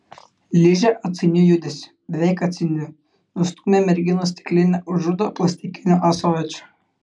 ližė atsainiu judesiu beveik atsainiu nustūmė merginos stiklinę už rudo plastikinio ąsočio